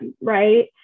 Right